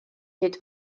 hyd